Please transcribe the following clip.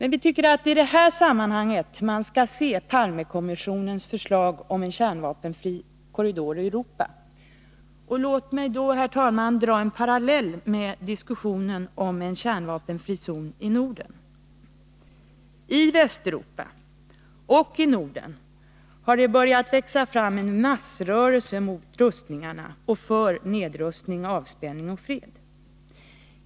i Europa Det är i detta sammanhang man enligt vår mening skall se Palmekommissionens förslag om en kärnvapenfri korridor i Europa. Låt mig här, herr talman, dra en parallell med diskussionen om en kärnvapenfri zon i Norden. I Västeuropa och i Norden har det börjat växa fram en massrörelse mot rustningarna och för nedrustning, avspänning och fred.